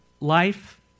life